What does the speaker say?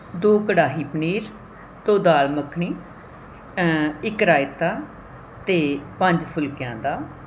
ਦੋ ਕੜਾਹੀ ਪਨੀਰ ਦੋ ਦਾਲ ਮੱਖਣੀ ਇੱਕ ਰਾਇਤਾ ਅਤੇ ਪੰਜ ਫੁਲਕਿਆਂ ਦਾ